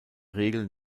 regeln